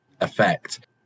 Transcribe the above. effect